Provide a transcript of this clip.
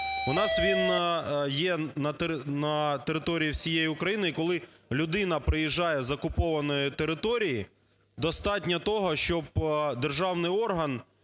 У нас він є на території всієї України, і коли людина приїжджає з окупованої території, достатньо того, щоб державний орган,